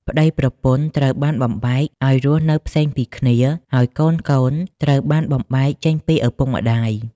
ប្តីប្រពន្ធត្រូវបានបំបែកឱ្យរស់នៅផ្សេងពីគ្នា ហើយកូនៗ ត្រូវបានបំបែកចេញពីឪពុកម្តាយ ។